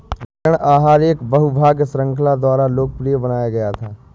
ऋण आहार एक बहु भाग श्रृंखला द्वारा लोकप्रिय बनाया गया था